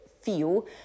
feel